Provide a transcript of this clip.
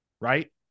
right